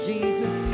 Jesus